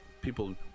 people